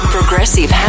Progressive